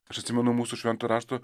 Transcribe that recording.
aš atsimenu mūsų švento rašto